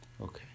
Okay